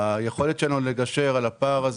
היכולת שלנו לגשר על הפער הזה,